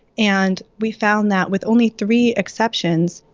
and we found that with only three exceptions,